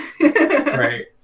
Right